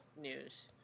news